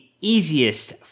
easiest